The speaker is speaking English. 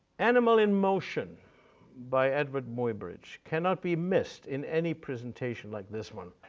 animal in motion by eadweard muybridge cannot be missed in any presentation like this one.